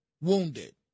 wounded